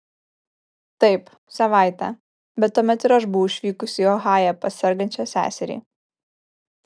taip savaitę bet tuomet ir aš buvau išvykusi į ohają pas sergančią seserį